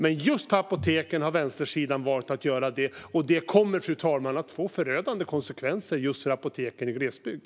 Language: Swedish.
Men just när det gäller apoteken har vänstersidan valt att göra det, och det kommer att få förödande konsekvenser för apoteken i glesbygd.